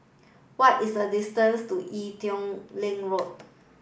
what is the distance to Ee Teow Leng Road